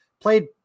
played